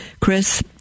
Chris